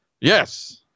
yes